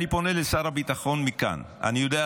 אני פונה לשר הביטחון מכאן: אני יודע,